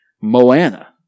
Moana